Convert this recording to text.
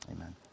amen